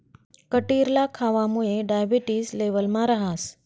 कटिरला खावामुये डायबेटिस लेवलमा रहास